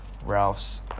Ralph's